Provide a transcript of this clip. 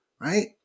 right